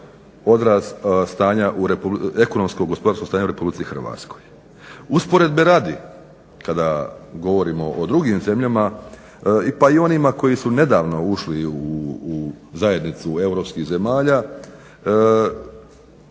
stanja, ekonomskog, gospodarskog stanja u Republici Hrvatskoj. Usporedbe radi kada govorimo o drugim zemljama, pa i onima koji su nedavno ušli u zajednicu europskih zemalja